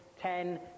ten